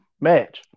match